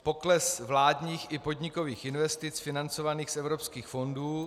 ... pokles vládních i podnikových investic financovaných z evropských fondů.